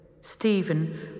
Stephen